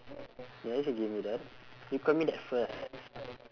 ya yes you give me that you called me that first